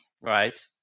right